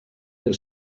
del